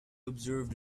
observed